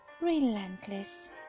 relentless